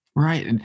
Right